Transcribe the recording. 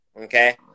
okay